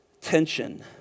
tension